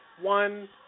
One